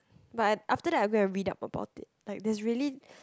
but I after that I go and read up about it like there is really